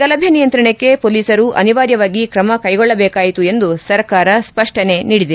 ಗಲಭೆ ನಿಯಂತ್ರಣಕ್ಕೆ ಪೊಲೀಸರು ಅನಿವಾರ್ಯವಾಗಿ ಕ್ರಮಕ್ಕೆಗೊಳ್ಳಬೇಕಾಯಿತು ಎಂದು ಸರ್ಕಾರ ಸ್ವಷ್ನನೆ ನೀಡಿದೆ